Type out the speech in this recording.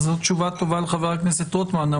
זאת תשובה טובה לחבר הכנסת רוטמן.